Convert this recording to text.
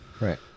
Right